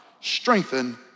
strengthen